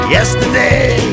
Yesterday